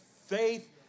faith